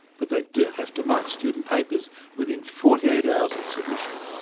but they do have to mark student papers within forty eight hours of submission.